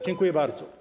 Dziękuję bardzo.